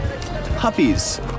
puppies